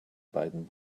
beiden